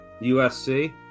USC